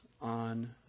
on